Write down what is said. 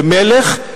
ומלך,